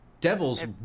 devils